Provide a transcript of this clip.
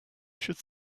should